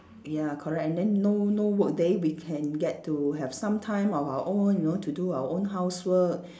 ya correct and then no no work day we can get to have some time of our own you know to do our own housework